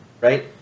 right